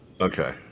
okay